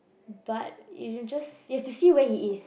but you should just you have to see where he is